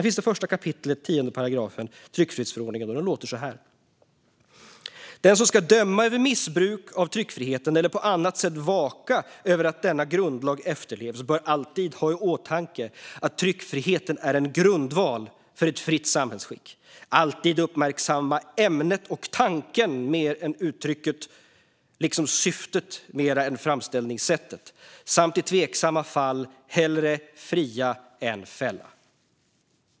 I 1 kap. 10 § tryckfrihetsförordningen låter det så här: "Den som ska döma över missbruk av tryckfriheten eller på annat sätt vaka över att denna grundlag efterlevs bör alltid ha i åtanke att tryckfriheten är en grundval för ett fritt samhällsskick, alltid uppmärksamma ämnet och tanken mera än uttrycket, liksom syftet mera än framställningssättet samt i tveksamma fall hellre fria än fälla."